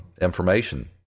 information